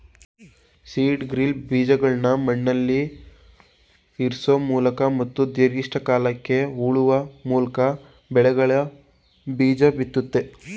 seed drill ಬೀಜಗಳ್ನ ಮಣ್ಣಲ್ಲಿಇರ್ಸೋಮೂಲಕ ಮತ್ತು ನಿರ್ದಿಷ್ಟ ಆಳಕ್ಕೆ ಹೂಳುವಮೂಲ್ಕಬೆಳೆಗಳಿಗೆಬೀಜಬಿತ್ತುತ್ತೆ